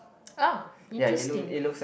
uh interesting